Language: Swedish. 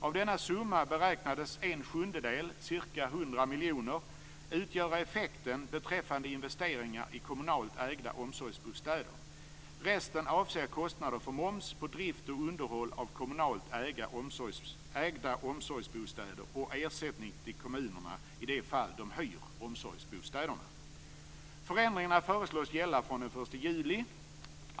Av denna summa beräknades en sjundedel, ca Resten avser kostnader för moms på drift och underhåll av kommunalt ägda omsorgsbostäder och ersättning till kommunerna i de fall de hyr omsorgsbostäderna. Förändringarna föreslås gälla från den 1 juli.